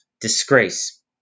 Disgrace